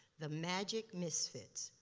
the magic misfits,